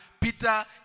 Peter